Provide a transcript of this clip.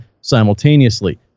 simultaneously